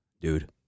dude